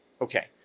Okay